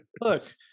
Look